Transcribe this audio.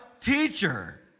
teacher